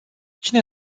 cine